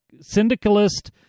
syndicalist